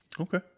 Okay